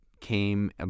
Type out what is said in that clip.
came